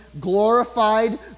glorified